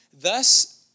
Thus